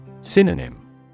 Synonym